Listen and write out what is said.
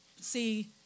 See